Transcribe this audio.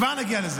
כבר נגיע לזה.